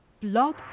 Blog